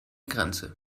grenze